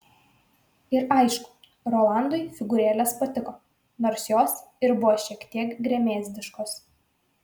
ir aišku rolandui figūrėlės patiko nors jos ir buvo šiek tiek gremėzdiškos